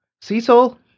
Cecil